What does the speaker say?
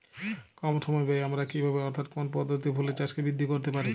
কম সময় ব্যায়ে আমরা কি ভাবে অর্থাৎ কোন পদ্ধতিতে ফুলের চাষকে বৃদ্ধি করতে পারি?